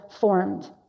formed